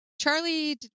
Charlie